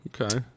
Okay